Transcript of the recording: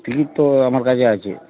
ticket তো আমার কাছে আছে